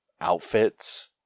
outfits